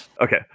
Okay